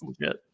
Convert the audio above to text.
legit